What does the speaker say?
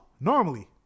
normally